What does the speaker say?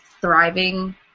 thriving